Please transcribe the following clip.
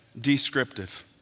Descriptive